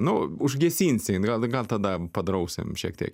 nu užgesinsim gal gal tada padrausim šiek tiek